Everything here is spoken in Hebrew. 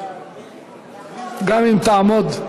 גם אם תעמוד.